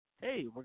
hey